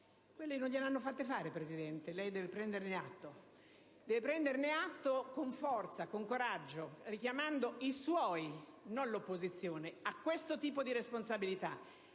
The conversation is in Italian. riforme non gliele hanno fatte fare, Presidente, lei deve prenderne atto; deve prenderne atto con forza, con coraggio, richiamando i suoi - non l'opposizione - a questo tipo di responsabilità.